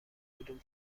کدوم